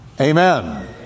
Amen